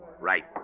Right